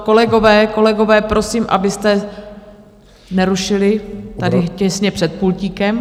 Kolegové, kolegové, prosím, abyste nerušili tady těsně před pultíkem.